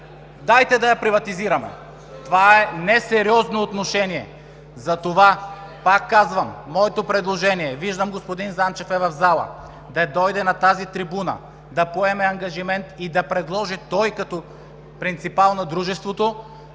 дайте да я приватизираме! Това е несериозно отношение. Затова пак казвам моето предложение – виждам, че господин Занчев е в залата, да дойде на трибуната, да поеме ангажимент и да предложи той, като принципал на Дружеството,